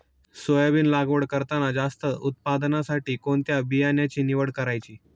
Soybean लागवड करताना जास्त उत्पादनासाठी कोणत्या बियाण्याची निवड करायची?